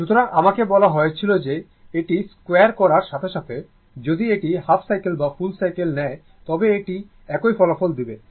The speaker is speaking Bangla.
সুতরাং আমাকে বলা হয়েছিল যে এটি স্কোয়ার করার সাথে সাথে যদি এটি হাফ সাইকেল বা ফুল সাইকেল নেয় তবে এটি একই ফলাফল দিবে